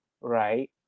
right